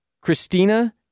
Christina